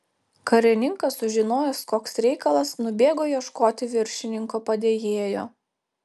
karininkas sužinojęs koks reikalas nubėgo ieškoti viršininko padėjėjo